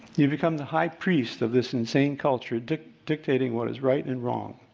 you become the high priest of this insane culture contradicting what is right and wrong.